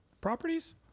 properties